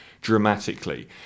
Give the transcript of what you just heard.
dramatically